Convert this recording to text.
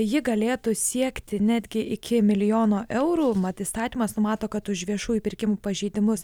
ji galėtų siekti netgi iki milijono eurų mat įstatymas numato kad už viešųjų pirkimų pažeidimus